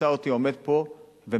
שתמצא אותי עומד פה ומפלג,